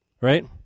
Right